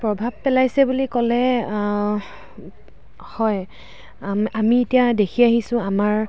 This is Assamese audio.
প্ৰভাৱ পেলাইছে বুলি ক'লে হয় আমি এতিয়া দেখি আহিছোঁ আমাৰ